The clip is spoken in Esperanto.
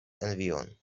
envion